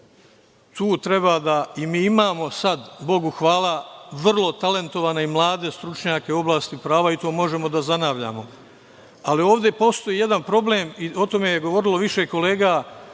na toj akademiji. Mi imamo sada, Bogu hvala, vrlo talentovane i mlade stručnjake u oblasti prava i to možemo da zanavljamo, ali ovde postoji jedan problem i o tome je govorilo više kolega,